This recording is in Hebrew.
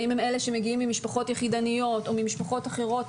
האם הם אלה שמגיעים ממשפחות יחידניות או ממשפחות אחרות,